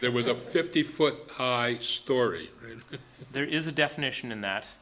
there was a fifty foot high story there is a definition in that